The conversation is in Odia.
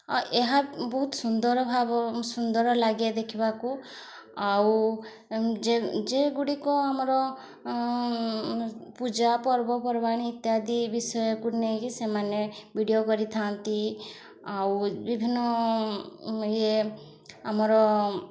ଆଉ ଏହା ବହୁତ ସୁନ୍ଦର ସୁନ୍ଦର ଲାଗେ ଦେଖିବାକୁ ଆଉ ଯେଉଁଗୁଡ଼ିକ ଆମର ପୂଜା ପର୍ବପର୍ବାଣୀ ଇତ୍ୟାଦି ବିଷୟକୁ ନେଇକି ସେମାନେ ଭିଡ଼ିଓ କରିଥାନ୍ତି ଆଉ ବିଭିନ୍ନ ଇଏ ଆମର